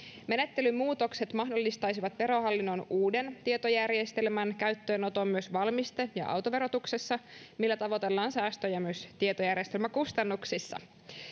menettelymuutokset mahdollistaisivat verohallinnon uuden tietojärjestelmän käyttöönoton myös valmiste ja ja autoverotuksessa millä tavoitellaan säästöjä myös tietojärjestelmäkustannuksissa